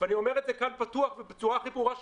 ואני אומר את זה כאן פתוח ובצורה הכי ברורה,